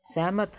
ਸਹਿਮਤ